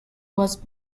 was